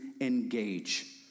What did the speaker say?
engage